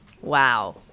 Wow